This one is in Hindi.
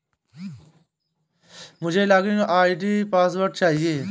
मुझें लॉगिन आई.डी एवं पासवर्ड चाहिए